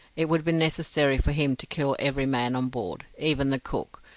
it would be necessary for him to kill every man on board, even the cook,